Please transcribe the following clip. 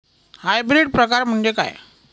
Hybrid प्रकार म्हणजे काय?